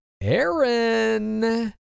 Aaron